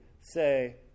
say